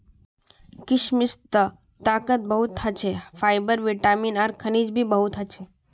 किशमिशत ताकत बहुत ह छे, फाइबर, विटामिन आर खनिज भी बहुत ह छे